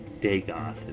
Dagoth